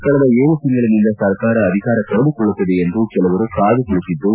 ಕಳೆದ ಏಳು ತಿಂಗಳಿನಿಂದ ಸರ್ಕಾರ ಅಧಿಕಾರ ಕಳೆದುಕೊಳ್ಳುತ್ತದೆ ಎಂದು ಕೆಲವರು ಕಾದುಕುಳಿತಿದ್ದು